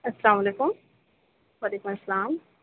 السّلام علیکم وعلیکم السّلام